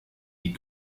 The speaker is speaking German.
die